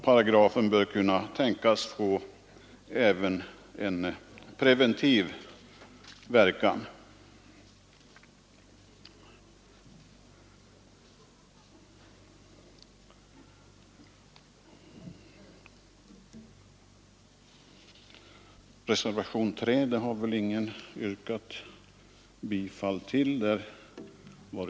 Paragrafen bör kunna få även en preventiv verkan. Ingen har, såvitt jag kunnat uppfatta, yrkat bifall till reservationen 3.